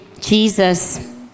Jesus